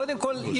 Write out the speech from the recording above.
קודם כל,